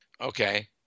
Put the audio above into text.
okay